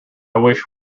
wish